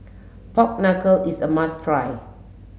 Pork Knuckle is a must try